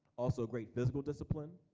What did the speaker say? also a great physical discipline.